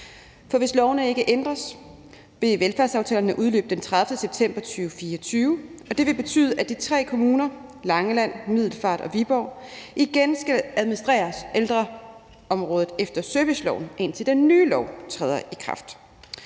For hvis lovene ikke ændres, vil velfærdsaftalerne udløbe den 30. september 2024, og det vil betyde, at de tre kommuner Langeland, Middelfart og Viborg igen skal administrere ældreområdet efter serviceloven, indtil den nye lov træder i kraft.